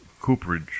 Cooperage